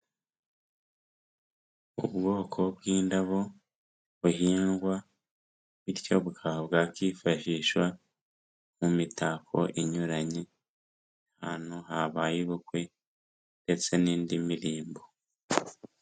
Ubwoko bw'indabo buhingwa bityo bukaba bwakifashishwa mu mitako inyuranye, ahantu habaye ubukwe ndetse n'indi mirimbo.